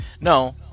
No